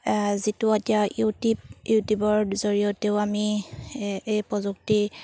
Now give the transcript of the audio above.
যিটো এতিয়া ইউটিউব ইউটিউবৰ জৰিয়তেও আমি এ এই প্ৰযুক্তি